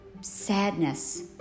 sadness